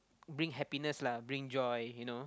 bring happiness lah bring joy you know